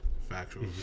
Factual